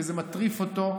זה מטריף אותו,